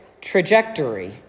trajectory